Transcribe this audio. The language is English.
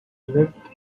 lived